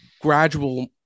gradual